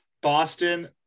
Boston